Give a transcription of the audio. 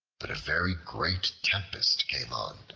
but a very great tempest came on,